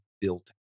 built